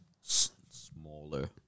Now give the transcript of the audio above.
smaller